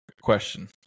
question